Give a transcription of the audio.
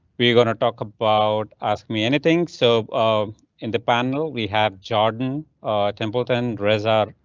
we're gonna talk about ask me anything. so um in the panel we have jordan templeton, rezar,